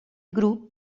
grup